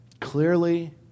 Clearly